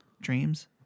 Dreams